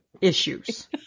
issues